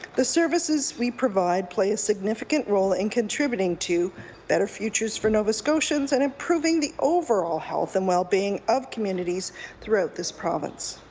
the services we provide play a significant role in contributing to better futures for nova scotians and improving the overall health and well-being of communities throughout this province.